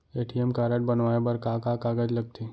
ATM card बनवाये बर का का कागज लगथे?